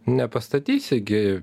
nepastatysi gi